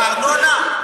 את הארנונה.